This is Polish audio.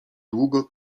długo